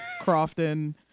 Crofton